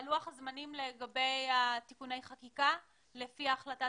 תוכלי להתייחס ללוח הזמנים לגבי תיקוני החקיקה לפי החלטת